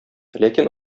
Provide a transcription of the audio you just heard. ләкин